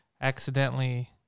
accidentally